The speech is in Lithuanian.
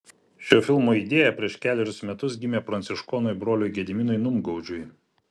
šio filmo idėja prieš kelerius metus gimė pranciškonui broliui gediminui numgaudžiui